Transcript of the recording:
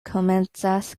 komencas